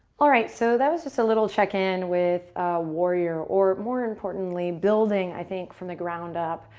all right, so that was just a little check in with warrior or more importantly building, i think, from the ground up.